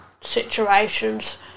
situations